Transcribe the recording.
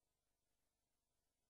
אתם